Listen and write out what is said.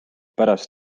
pärast